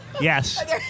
Yes